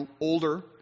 older